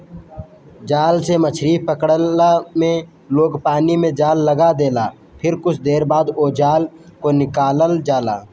जाल से मछरी पकड़ला में लोग पानी में जाल लगा देला फिर कुछ देर बाद ओ जाल के निकालल जाला